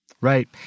right